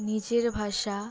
নিজের ভাষা